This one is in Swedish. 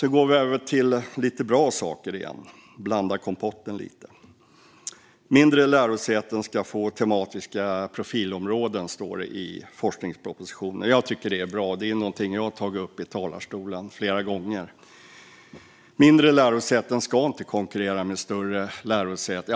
går över till bra saker igen. Jag blandar kompotten lite. Mindre lärosäten ska få tematiska profilområden, står det i forskningspropositionen. Jag tycker att det är bra, och det är något jag har tagit upp i talarstolen flera gånger. Mindre lärosäten ska inte konkurrera med större lärosäten.